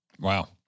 Wow